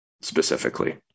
specifically